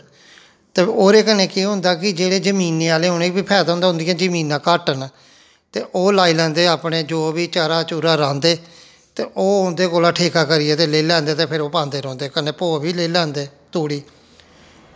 ते ओह्दे कन्नै केह् होंदा कि जेह्ड़े जमीने आह्ले उ'नें बी फायदा होंदा उं'दियां जमीनां घट्ट न ते ओह् लाई लैंदे अपने जो बी चरा चुरा रहांदे ते ओह् उं'दे कोला ठेका करियै ते लेई लैंदे ते ओह् फिर पांदे रौंह्दे ते कन्नै भौऽ बी लेई लैंदे तुड़ी